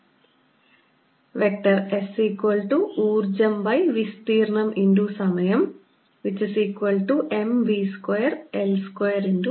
Sഊർജ്ജംവിസ്തീർണ്ണം X സമയംMv2L2